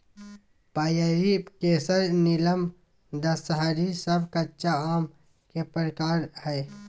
पयरी, केसर, नीलम, दशहरी सब कच्चा आम के प्रकार हय